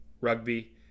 Rugby